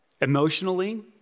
Emotionally